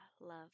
love